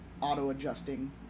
auto-adjusting